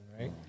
right